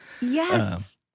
Yes